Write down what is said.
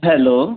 hello